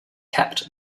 kept